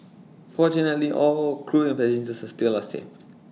fortunately all crew and passengers are still are safe